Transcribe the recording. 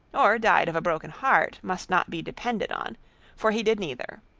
or died of a broken heart, must not be depended on for he did neither.